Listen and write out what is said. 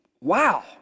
wow